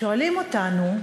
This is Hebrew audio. שואלים אותנו,